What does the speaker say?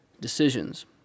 decisions